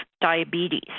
diabetes